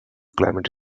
climate